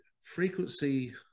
frequency